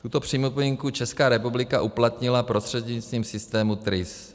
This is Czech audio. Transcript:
Tuto připomínku Česká republika uplatnila prostřednictvím systému TRIS.